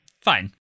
Fine